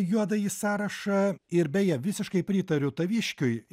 juodąjį sąrašą ir beje visiškai pritariu taviškiui